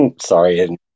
sorry